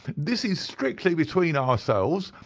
this is strictly between ourselves.